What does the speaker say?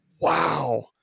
wow